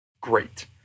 great